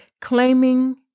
claiming